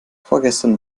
vorgestern